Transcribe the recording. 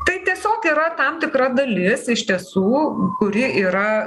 tai tiesiog yra tam tikra dalis iš tiesų kuri yra